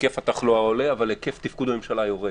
היקף התחלואה עולה, אבל היקף תפקוד הממשלה יורד.